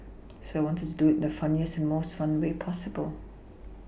so I wanted to do it the funniest and most fun way possible